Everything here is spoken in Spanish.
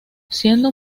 siendo